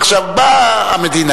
עכשיו, באה המדינה